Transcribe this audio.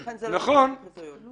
לכן זה לא יכול להיות קריטריון.